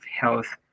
health